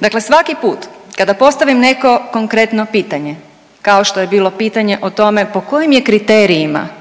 Dakle, svaki put kada postavim neko konkretno pitanje kao što je bilo pitanje o tome po kojim je kriterijima